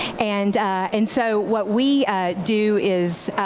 and and so what we do is